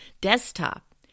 desktop